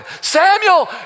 Samuel